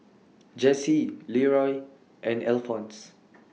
Jessye Leeroy and Alfonse